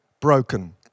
broken